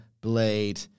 Blade